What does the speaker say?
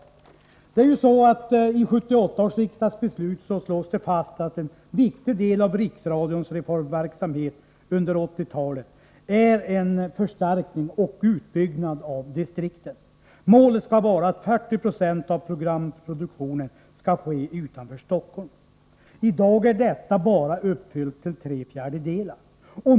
I 1978 års riksdagsbeslut slås det fast att en viktig del av Riksradions reformverksamhet under 1980-talet är en förstärkning och utbyggnad av distrikten. Målet skall vara att 40 20 av programproduktionen sker utanför Stockholm. I dag är detta mål bara uppfyllt till tre fjärdedelar.